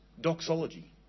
doxology